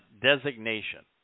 designation